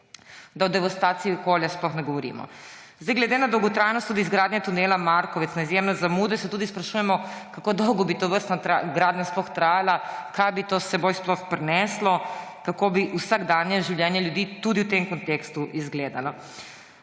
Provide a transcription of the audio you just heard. da o devastaciji okolja sploh ne govorimo. Tudi glede na dolgotrajnost izgradnje in na izjemno zamudo tunela Markovec se sprašujemo, kako dolgo bi tovrstna gradnja sploh trajala, kaj bi to s seboj sploh prineslo, kako bi vsakdanje življenje ljudi tudi v tem kontekstu izgledalo.